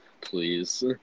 Please